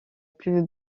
plus